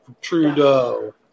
Trudeau